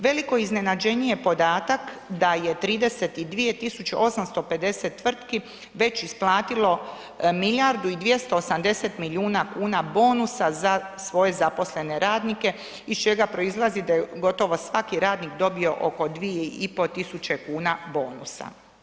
Veliko iznenađenje je podatak da je 32 tisuće 850 tvrtki već isplatio milijardu i 280 milijuna kuna bonusa za svoje zaposlene radnike iz čega proizlazi da je gotovo svaki radnik dobio oko 2,5 tisuće kuna bonusa.